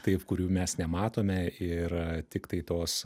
taip kurių mes nematome ir tiktai tos